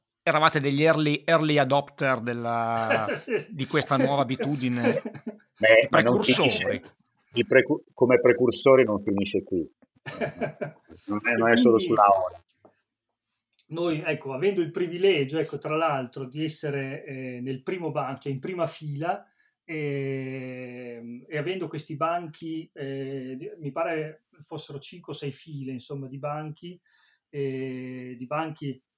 Eravate degli early- early adopter della- Sì, sì. di questa nuova abitudine? Beh, I ma non finisce. precursori. I precu- come precursori non finisce qui. Non è- E non è solo quindi sulla ora. noi, ecco, avendo il privilegio, ecco, tra l'altro, di essere, eh, nel primo ban- cioè in prima fila, ehm, e avendo questi banchi, eh, di- mi pare fossero cinque o sei file, insomma, di banchi, eh, di banchi